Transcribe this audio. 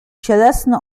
cielesny